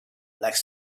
like